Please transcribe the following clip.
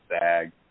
SAG